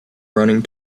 running